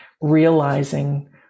realizing